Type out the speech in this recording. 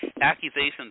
accusations